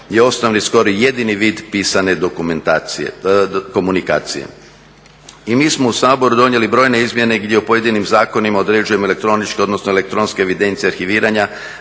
je osnovni i skoro jedini vid pisane komunikacije. I mi smo u Saboru donijeli brojne izmjene gdje u pojedinim zakonima određujemo elektroničke, odnosno elektronske evidencije arhiviranja,